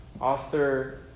Author